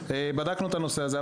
בדקנו את הנושא הזה.